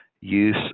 use